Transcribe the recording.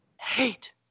hate